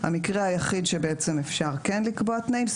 המקרה היחיד שבעצם אפשר כן לקבוע תנאים,